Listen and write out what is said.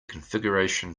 configuration